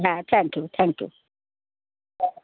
হ্যাঁ thank you thank you